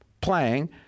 playing